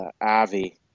Avi